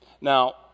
Now